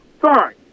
sorry